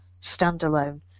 standalone